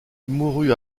mourut